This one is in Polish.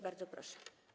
Bardzo proszę.